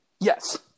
Yes